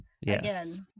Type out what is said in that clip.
Yes